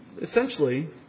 essentially